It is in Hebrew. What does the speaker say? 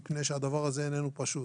מפני שהדבר הזה איננו פשוט.